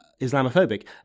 Islamophobic